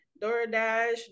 DoorDash